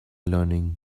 learning